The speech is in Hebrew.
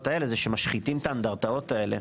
האלה שמשחיתים את האנדרטאות האלה.